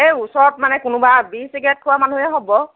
এই ওচৰত মানে কোনোবা বিড়়ি চিগাৰেট খোৱা মানুহেই হ'ব